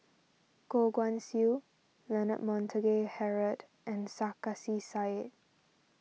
Goh Guan Siew Leonard Montague Harrod and Sarkasi Said